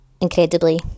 incredibly